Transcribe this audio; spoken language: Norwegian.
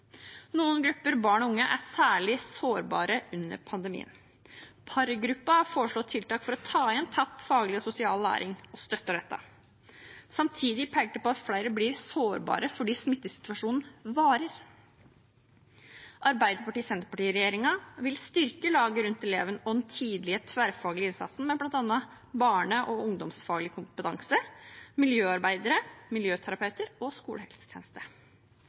Noen grupper barn og unge er særlig sårbare under pandemien. Parr-gruppen foreslår tiltak for å ta igjen tapt faglig og sosial læring og støtter dette. Samtidig peker den på at flere blir «sårbare», fordi smittesituasjonen varer. Arbeiderparti–Senterparti-regjeringen vil styrke laget rundt eleven og den tidlige tverrfaglige innsatsen med bl.a. barne- og ungdomsfaglig kompetanse, miljøarbeidere, miljøterapeuter og skolehelsetjeneste.